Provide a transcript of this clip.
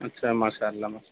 اچھا ماشاء اللہ ما